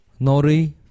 nori